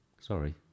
Sorry